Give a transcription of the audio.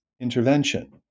intervention